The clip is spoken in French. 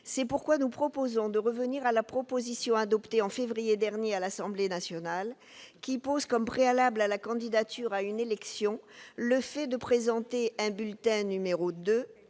C'est pourquoi nous proposons de revenir à la proposition adoptée en février dernier par l'Assemblée nationale, qui pose comme préalable à la candidature à une élection le fait de présenter un bulletin n° 2